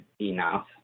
enough